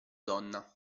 donna